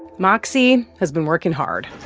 moxie has been working hard